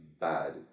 bad